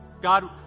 God